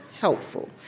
helpful